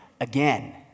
again